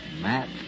Matt